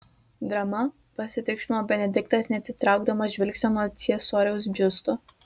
drama pasitikslino benediktas neatitraukdamas žvilgsnio nuo ciesoriaus biusto